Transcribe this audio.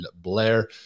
blair